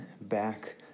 back